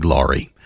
Laurie